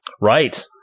Right